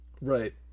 right